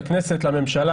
לכנסת לממשלה,